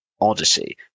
Odyssey